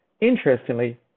Interestingly